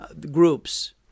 groups